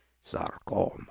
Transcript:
sarcoma